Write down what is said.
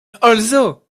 also